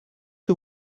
que